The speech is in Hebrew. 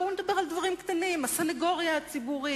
בואו נדבר על דברים קטנים, הסניגוריה הציבורית,